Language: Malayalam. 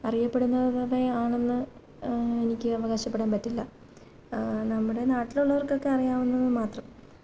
അറിയപ്പെടുന്നത് കടയാണെന്ന് എനിക്ക് അവകാശപ്പെടാന് പറ്റില്ല നമ്മുടെ നാട്ടിലുള്ളവര്ക്കൊക്കെ അറിയാവുന്നത് മാത്രം